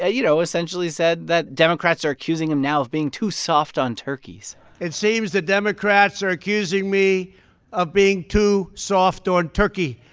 ah you know, essentially said that democrats are accusing him now of being too soft on turkeys it seems the democrats are accusing me of being too soft on turkey.